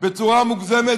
בצורה מוגזמת,